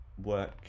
work